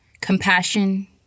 compassion